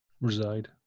reside